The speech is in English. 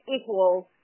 equals